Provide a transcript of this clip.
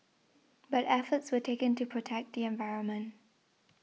but efforts were taken to protect the environment